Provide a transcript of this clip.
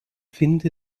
finde